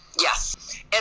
Yes